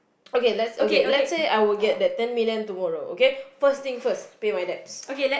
okay lets okay let's say I would get that ten million tomorrow okay first thing first pay my debts